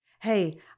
hey